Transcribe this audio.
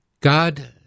God